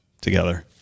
together